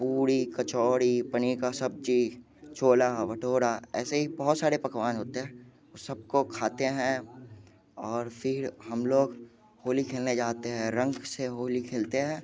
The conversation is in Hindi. पूड़ी कचौरी पनीर का सब्जी छोला भटूरा ऐसे ही बहुत सारे पकवान होते हैं सबको खाते हैं और फिर हम लोग होली खेलने जाते हैं रंग से होली खेलते हैं